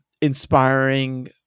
inspiring